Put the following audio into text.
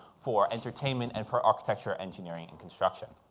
for entertainment and for architecture, engineering and construction.